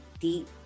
deep